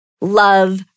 love